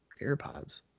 AirPods